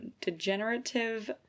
degenerative